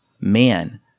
Man